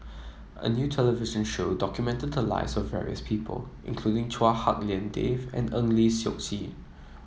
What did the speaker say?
a new television show documented the lives of various people including Chua Hak Lien Dave and Eng Lee Seok Chee